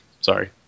Sorry